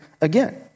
again